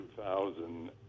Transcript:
2000